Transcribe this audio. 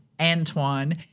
Antoine